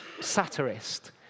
satirist